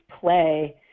play